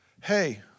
Hey